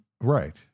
right